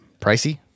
pricey